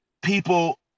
people